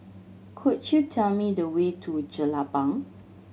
could you tell me the way to Jelapang